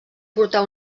portar